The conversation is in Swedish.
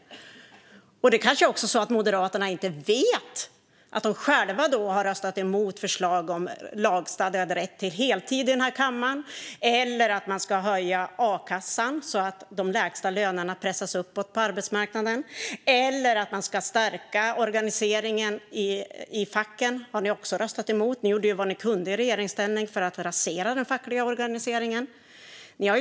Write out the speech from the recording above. Moderaterna kanske inte heller vet att de själva har röstat emot förslag om lagstadgad rätt till heltid, höjd a-kassa för att pressa upp de lägsta lönerna på arbetsmarknaden och stärkt organisering i facken. I regeringsställning gjorde ni vad ni kunde för att rasera den fackliga organiseringen.